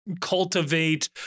cultivate